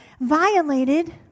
violated